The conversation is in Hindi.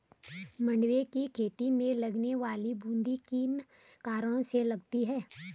मंडुवे की खेती में लगने वाली बूंदी किन कारणों से लगती है?